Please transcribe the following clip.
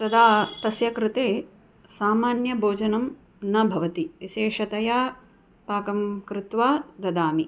तदा तस्य कृते सामान्यभोजनं न भवति विशेषतया पाकं कृत्वा ददामि